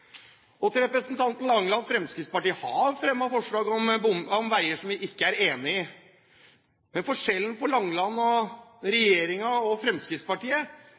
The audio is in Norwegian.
i. Til representanten Langeland: Fremskrittspartiet har fremmet forslag om veier som vi ikke er enige i, men forskjellen på Langeland og regjeringen og Fremskrittspartiet